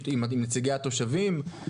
עם נציגי התושבים,